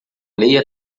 leia